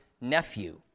nephew